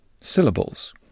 syllables